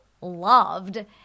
loved